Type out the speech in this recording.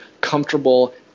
comfortable